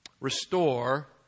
restore